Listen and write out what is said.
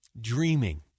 Dreaming